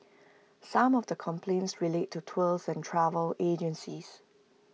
some of the complaints relate to tours and travel agencies